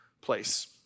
place